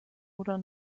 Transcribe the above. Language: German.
oder